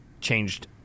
changed